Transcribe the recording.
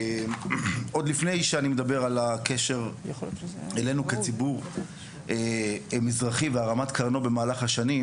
עוד לפני שאני מדבר על הקשר אלינו כציבור מזרחי והרמת קרנו במהלך השנים,